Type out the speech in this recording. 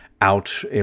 out